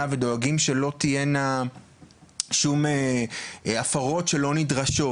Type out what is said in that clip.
ודואגים שלא תהיינה שום הפרות שלא נדרשות.